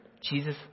Jesus